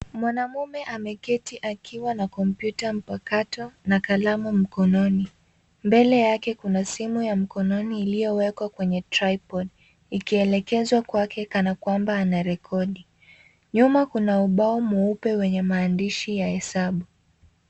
Mwanamume ameketi akiwa na kompyuta mpakato, na kalamu mkononi, mbele yake kuna simu ya mkononi iliyowekwa kwenye tripod ikielekezwa kwake kana kwamba anarekodi. Nyuma kuna ubao mweupe wenye maandishi ya hesabu.